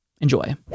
Enjoy